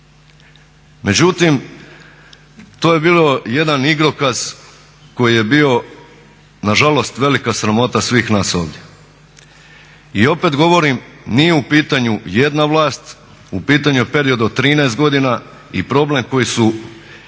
Međutim, to je bio jedan igrokaz koji je bio na žalost velika sramota svih nas ovdje. I opet govorim nije u pitanju jedna vlast, u pitanju je period od 13 godina i problem koji su